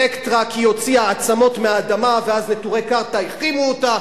פעם "אלקטרה" כי היא הוציאה עצמות מהאדמה ואז נטורי-קרתא החרימו אותה.